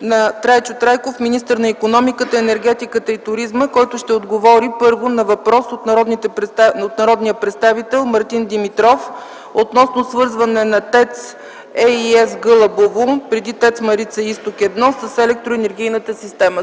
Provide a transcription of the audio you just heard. на Трайчо Трайков – министър на икономиката, енергетиката и туризма, който ще отговори първо на въпроса от народния представител Мартин Димитров относно свързване на ТЕЦ „Ей И Ес” – Гълъбово (преди ТЕЦ „Марица изток 1”) с електроенергийната система.